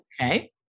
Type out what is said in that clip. Okay